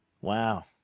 Wow